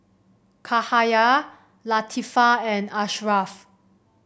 Cahaya Latifa and Ashraff